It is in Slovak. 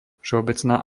všeobecná